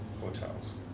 hotels